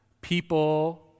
People